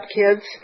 kids